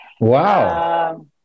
Wow